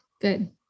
Good